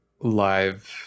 live